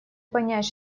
понять